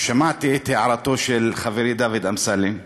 שמעתי את הערתו של חברי דוד אמסלם,